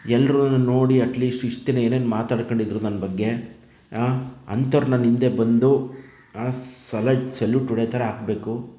ಎಲ್ಲರೂ ನನ್ನ ನೋಡಿ ಅಟ್ಲಿಸ್ಟ್ ಇಷ್ಟು ದಿನ ಏನೇನು ಮಾತಾಡ್ಕೊಂಡಿದ್ರು ನನ್ನ ಬಗ್ಗೆ ಅಂಥವರು ನನ್ನ ಹಿಂದೆ ಬಂದು ಸೆಲಟ್ ಸೆಲ್ಯೂಟ್ ಹೊಡಿಯೋ ಥರ ಆಗಬೇಕು